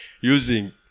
using